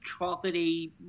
chocolatey